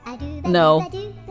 No